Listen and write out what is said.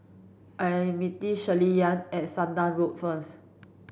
I'm meeting Shirleyann at Sudan Road first